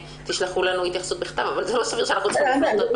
תשלחו לנו התייחסות בכתב אבל לא סביר שאנחנו צריכים לפנות שוב.